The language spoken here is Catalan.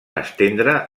estendre